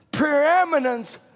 Preeminence